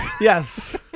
Yes